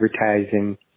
advertising